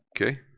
Okay